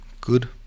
good